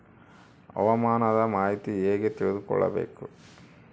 ಹವಾಮಾನದ ಮಾಹಿತಿ ಹೇಗೆ ತಿಳಕೊಬೇಕು?